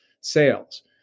sales